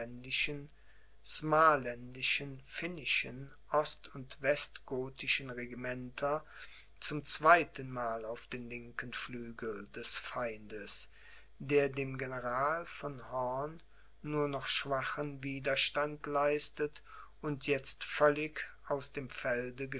ost und westgothischen regimenter zum zweitenmal auf den linken flügel des feindes der dem general von horn nur noch schwachen widerstand leistet und jetzt völlig aus dem felde